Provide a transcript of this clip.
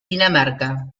dinamarca